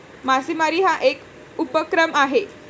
मासेमारी हा एक उपक्रम आहे